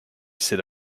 sit